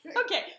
Okay